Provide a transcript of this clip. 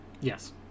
Yes